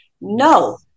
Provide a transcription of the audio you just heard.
No